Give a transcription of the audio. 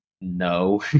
no